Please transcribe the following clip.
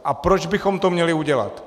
A proč bychom to měli udělat?